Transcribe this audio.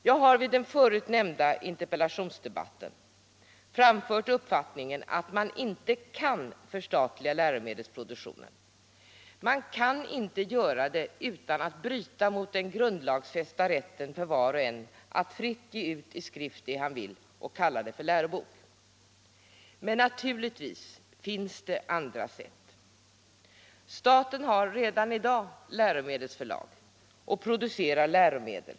Jag har i den förut nämnda interpellationsdebatten framfört uppfattningen att man inte kan förstatliga läromedelsproduktionen. Man kan inte göra det utan att bryta mot den grundlagsfästa rätten för var och en att fritt ge ut i skrift det man vill och kalla det för lärobok. Men naturligtvis finns det andra sätt. Staten har redan i dag läromedelsförlag som producerar läromedel.